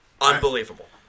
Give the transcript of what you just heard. unbelievable